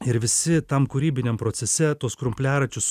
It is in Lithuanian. ir visi tam kūrybiniam procese tuos krumpliaračius